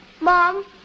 Mom